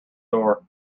door